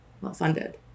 well-funded